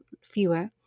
fewer